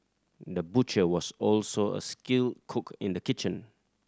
the butcher was also a skilled cook in the kitchen